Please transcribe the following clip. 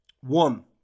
One